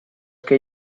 que